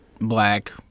black